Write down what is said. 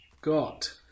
got